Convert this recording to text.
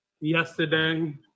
Yesterday